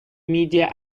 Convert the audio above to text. media